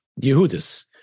yehudis